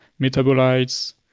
metabolites